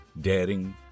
Daring